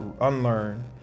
unlearn